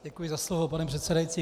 Děkuji za slovo, pane předsedající.